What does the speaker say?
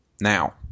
Now